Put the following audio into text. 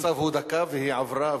הזמן המוקצב הוא דקה והיא עברה,